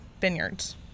Vineyards